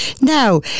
Now